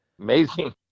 Amazing